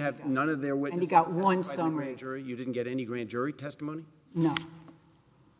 have none of there were and you got one summer a jury you didn't get any grand jury testimony no